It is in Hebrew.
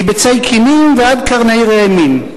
מביצי כינים ועד קרני ראמים,